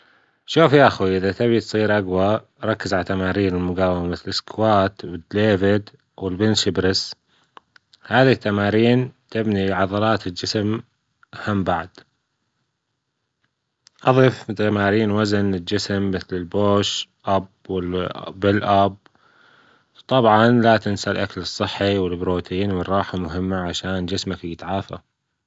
شوف يا أخي إذا تبغى تصير أجوى ركز على تمارين المجاومة الاسكوات و الديفيد والبنسبرس هذه التمارين تبني عضلات الجسم أهم بعد أضف تمارين وزن الجسم مثل البوش وبالاب وطبعا لا تنسى الأكل الصحي والبروتين والراحة مهمه عشان جسمك يتعافه